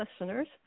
listeners